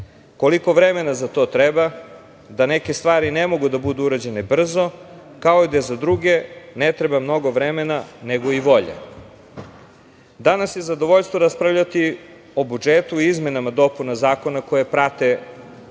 koliko vremena za to treba, da neke stvari ne mogu da budu urađene brzo, kao i da za druge ne treba mnogo vremena nego i volje. Danas je zadovoljstvo raspravljati o budžetu i izmenama i dopunama zakona koje prate Predlog